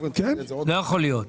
לא יכול להיות...